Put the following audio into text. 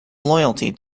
loyalty